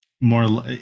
More